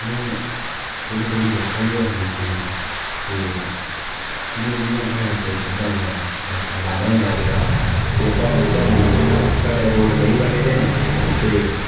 थोड़ी थोड़ी बर्खा बी ऐही उस दिन ते जि'यां जि'यां प्हाड़ै उप्पर चढ़दा गेआ रस्ता गंदा होंदा गेआ साढ़ै रोड़ नेईं बने दे ते